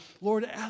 Lord